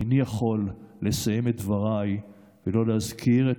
איני יכול לסיים את דבריי ולא להזכיר את